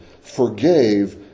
forgave